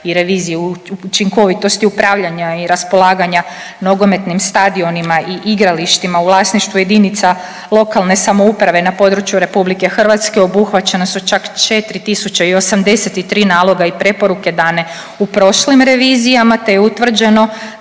i revizije učinkovitosti upravljanja i raspolaganja nogometnim stadionima i igralištima u vlasništvu jedinica lokalne samouprave na području RH obuhvaćena su čak 4.083 naloga i preporuke dane u prošlim revizijama te je utvrđeno